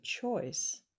choice